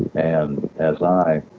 and as i